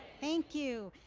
thank you.